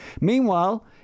Meanwhile